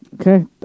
okay